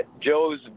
Joe's